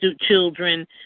children